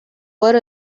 were